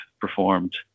performed